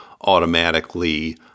automatically